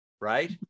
Right